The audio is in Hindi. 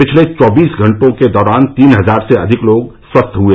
पिछले चौबीस घंटों के दौरान तीन हजार से अधिक लोग स्वस्थ हुए